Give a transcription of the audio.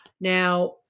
Now